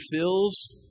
fills